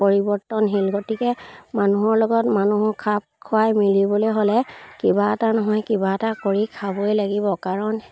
পৰিৱৰ্তনশীল গতিকে মানুহৰ লগত মানুহ খাপ খুৱাই মিলিবলৈ হ'লে কিবা এটা নহয় কিবা এটা কৰি খাবই লাগিব কাৰণ